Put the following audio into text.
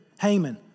Haman